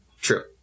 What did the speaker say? true